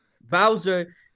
Bowser